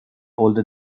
older